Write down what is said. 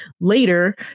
Later